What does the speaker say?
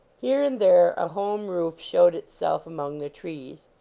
here and there a home roof showed itself among the trees.